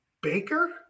Baker